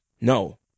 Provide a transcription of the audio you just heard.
No